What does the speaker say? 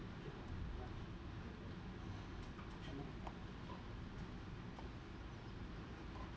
mm